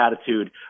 attitude